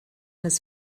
his